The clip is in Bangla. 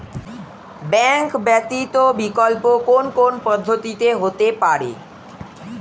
ব্যাংক ব্যতীত বিকল্প কোন কোন পদ্ধতিতে হতে পারে?